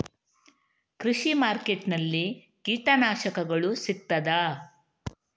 ಕೃಷಿಮಾರ್ಕೆಟ್ ನಲ್ಲಿ ಕೀಟನಾಶಕಗಳು ಸಿಗ್ತದಾ?